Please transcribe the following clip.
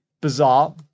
bizarre